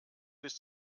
bis